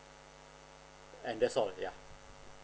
and that's all yeah